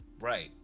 Right